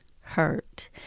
hurt